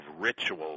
ritual